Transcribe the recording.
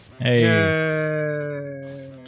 Hey